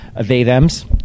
they-thems